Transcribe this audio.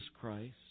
Christ